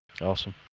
awesome